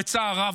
בצער רב,